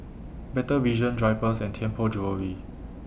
Better Vision Drypers and Tianpo Jewellery